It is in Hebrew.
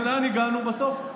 ולאן הגענו בסוף?